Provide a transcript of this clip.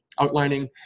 outlining